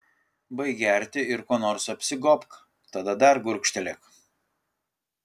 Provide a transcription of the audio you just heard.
baik gerti ir kuo nors apsigobk tada dar gurkštelėk